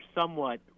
somewhat